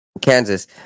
Kansas